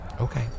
Okay